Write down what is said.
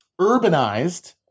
urbanized